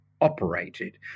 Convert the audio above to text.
operated